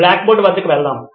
black board వద్దకు వెళ్దాం